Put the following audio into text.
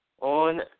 on